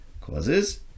causes